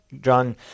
John